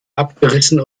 abgerissen